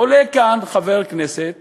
עולה כאן חבר כנסת